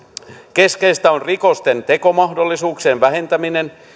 keskeistä on rikosten tekomahdollisuuksien vähentäminen